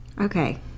Okay